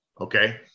Okay